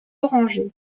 orangés